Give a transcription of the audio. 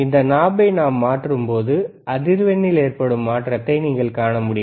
இந்த நாபை நாம் மாற்றும் போது அதிர்வெண்ணில் ஏற்படும் மாற்றத்தை நீங்கள் காண முடியும்